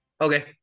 Okay